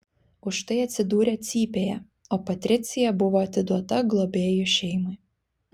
už tai atsidūrė cypėje o patricija buvo atiduota globėjų šeimai